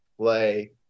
play